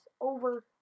over